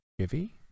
chivy